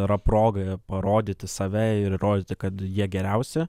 yra proga parodyti save ir įrodyti kad jie geriausi